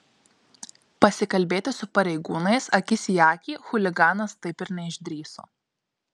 pasikalbėti su pareigūnais akis į akį chuliganas taip ir neišdrįso